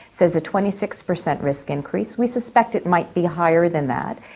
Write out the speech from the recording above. says a twenty six percent risk increase. we suspect it might be higher than that.